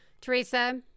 Teresa